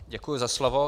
Děkuji za slovo.